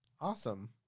Awesome